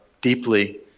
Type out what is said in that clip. deeply